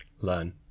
learn